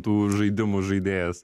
tų žaidimų žaidėjas